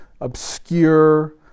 obscure